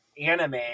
anime